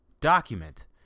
document